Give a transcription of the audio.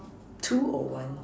two or one